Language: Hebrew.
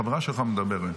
חברה שלך מדברת,